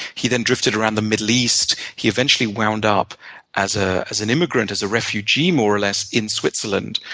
he then drifted around the middle east. he eventually wound up as ah as an immigrant, as a refugee, more or less, in switzerland.